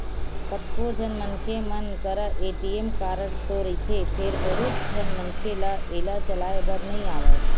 कतको झन मनखे मन करा ए.टी.एम कारड तो रहिथे फेर बहुत झन मनखे ल एला चलाए बर नइ आवय